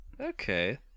Okay